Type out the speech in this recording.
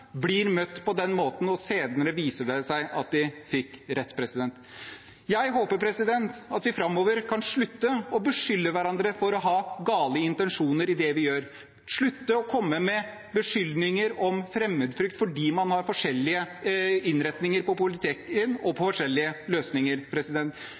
blir møtt på den måten og det senere viser seg at de fikk rett. Jeg håper at vi framover kan slutte å beskylde hverandre for å ha gale intensjoner bak det vi gjør, slutte å komme med beskyldninger om fremmedfrykt fordi man har forskjellige innretninger på politikken og